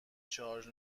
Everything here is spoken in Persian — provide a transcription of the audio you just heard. شارژ